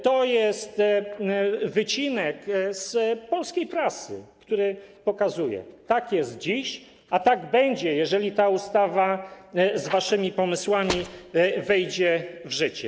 To jest wycinek z polskiej prasy, który pokazuje: tak jest dziś, a tak będzie, jeżeli ta ustawa z waszymi pomysłami wejdzie w życie.